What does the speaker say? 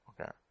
Okay